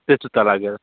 तेसुद्धा लागेल